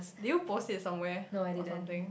did you post it somewhere or something